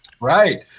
Right